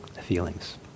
feelings